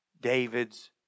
David's